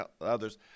others